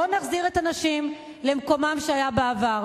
לא נחזיר את הנשים למקומן בעבר.